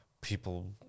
people